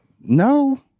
No